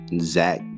Zach